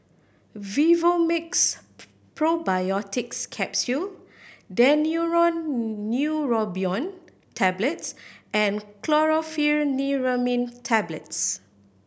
Vivomixx Probiotics Capsule Daneuron Neurobion Tablets and Chlorpheniramine Tablets